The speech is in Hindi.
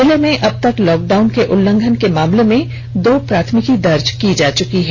जिले में अब तक लॉकडाउन के उलंघन के मामले में दो प्राथमिकी दर्ज की जा चुकी है